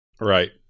Right